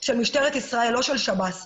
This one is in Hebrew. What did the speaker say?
של משטרת ישראל, לא של שירות בתי הסוהר.